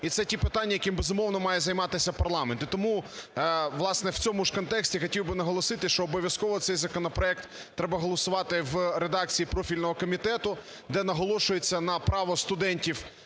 і це ті питання, якими, безумовно, має займатися парламент. І тому, власне, у цьому ж контексті хотів би наголосити, що обов'язково цей законопроект треба голосувати у редакції профільного комітету, де наголошується на право студентів